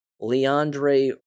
Leandre